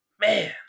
Man